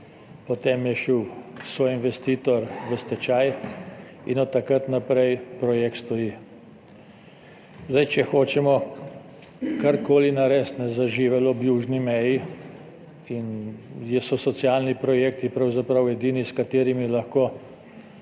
potem je šel soinvestitor v stečaj in od takrat naprej projekt stoji. Če hočemo karkoli narediti za živelj ob južni meji in so socialni projekti pravzaprav edini, s katerimi lahko